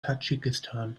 tadschikistan